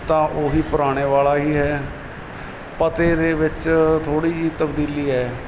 ਤਾਂ ਉਹ ਹੀ ਪੁਰਾਣੇ ਵਾਲਾ ਹੀ ਹੈ ਪਤੇ ਦੇ ਵਿੱਚ ਥੋੜ੍ਹੀ ਜਿਹੀ ਤਬਦੀਲੀ ਹੈ